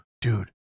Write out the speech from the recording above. Dude